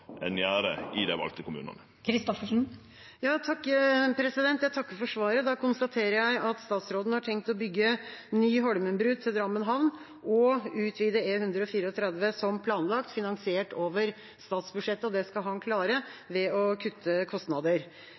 i dei valde kommunane. Jeg takker for svaret. Da konstaterer jeg at statsråden har tenkt å bygge ny Holmenbru til Drammen havn og utvide E134 som planlagt, finansiert over statsbudsjettet, og at det skal han klare ved å kutte kostnader.